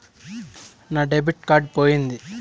నా debit card పోయింది